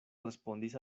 respondis